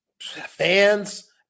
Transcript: fans